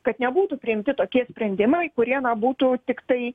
kad nebūtų priimti tokie sprendimai kurie būtų tiktai